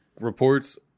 reports